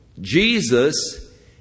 Jesus